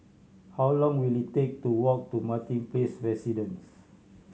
how long will it take to walk to Martin Place Residences